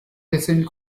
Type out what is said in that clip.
listened